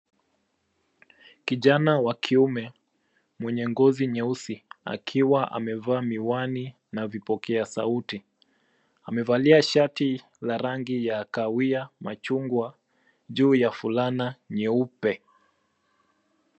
Kijana wa kiume mwenye ngozi nyeusi akiwa amevaa miwani na vipokea sauti amevalia shati la rangi ya kahawia machungwa juu ya fulana nyeupe.